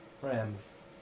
friends